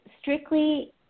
strictly –